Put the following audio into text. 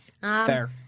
Fair